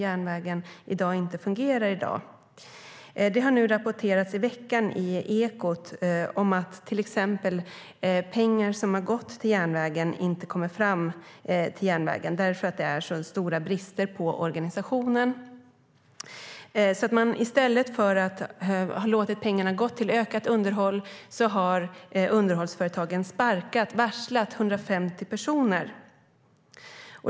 Järnvägen fungerar inte i dag. Det har rapporterats i veckan i Ekot om att pengar som gått till järnvägen inte kommit fram på grund av det råder så stora brister i organisationen. I stället för att låta pengarna gå till ökat underhåll har underhållsföretagen sparkat och varslat 150 personer.